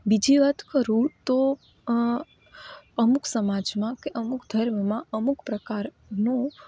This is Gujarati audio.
બીજી વાત કરું તો અમુક સમાજમાં કે અમુક ધર્મમાં અમુક પ્રકાર નો